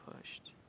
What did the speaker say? pushed